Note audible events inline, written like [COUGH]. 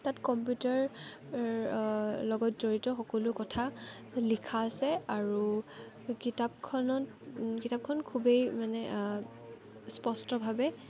তাত কম্পিউটাৰ [UNINTELLIGIBLE] লগত জড়িত সকলো কথা লিখা আছে আৰু কিতাপখনত কিতাপখন খুবেই মানে স্পষ্টভাৱে